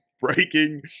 breaking